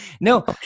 No